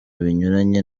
binyuranye